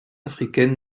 africaine